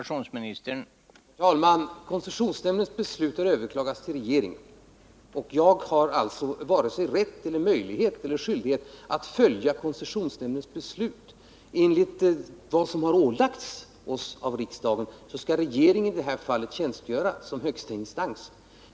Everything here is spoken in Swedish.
Herr talman! Koncessionsnämndens beslut har överklagats hos regeringen. Jag har alltså varken rätt eller skyldighet att följa koncessionsnämndens beslut. Enligt vad som har ålagts oss av riksdagen skall regeringen i det här fallet tjänstgöra som högsta instans.